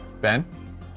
Ben